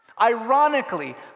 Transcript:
Ironically